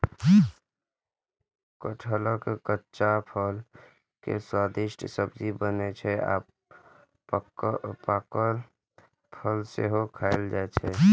कटहलक कच्चा फल के स्वादिष्ट सब्जी बनै छै आ पाकल फल सेहो खायल जाइ छै